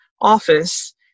office